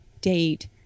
date